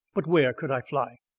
but where could i fly?